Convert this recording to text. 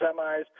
semis